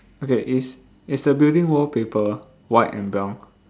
okay is is the building wallpaper white and brown